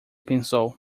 pensou